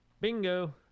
Bingo